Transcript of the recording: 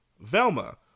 Velma